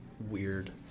weird